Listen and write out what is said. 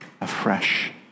afresh